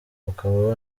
ukaba